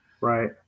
Right